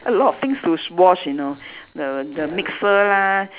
a lot of things to wash you know the the mixer lah